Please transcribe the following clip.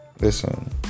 listen